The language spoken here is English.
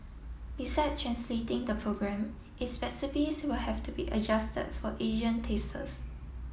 besides translating the program its recipes will have to be adjusted for Asian tastes